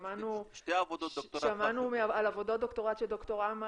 שמענו על עבודות דוקטורט --- שתי עבודות דוקטורט בתחום,